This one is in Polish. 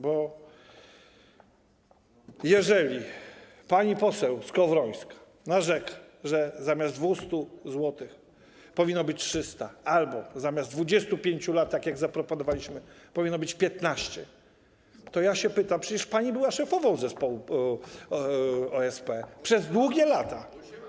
Bo jeżeli pani poseł Skowrońska narzeka, że zamiast 200 zł powinno być 300 zł albo zamiast 25 lat, tak jak zaproponowaliśmy, powinno być 15, to ja pytam, przecież pani była szefową zespołu OSP przez długie lata.